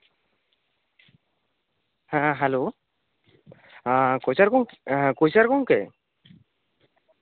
ᱦᱮᱸ ᱦᱮᱞᱳ ᱯᱨᱚᱪᱟᱨ ᱯᱨᱚᱪᱟᱨ ᱜᱚᱢᱠᱮ